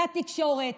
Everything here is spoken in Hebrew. לתקשורת.